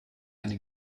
eine